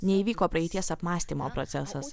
neįvyko praeities apmąstymo procesas